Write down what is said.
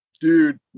dude